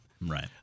Right